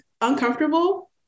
uncomfortable